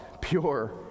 pure